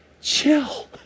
chill